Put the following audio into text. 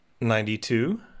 ninety-two